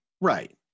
Right